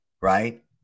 right